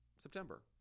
September